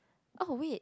oh wait